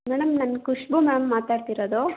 madam ನಾನು Khushbu ma'am ಮಾತಾಡ್ತಿರೋದು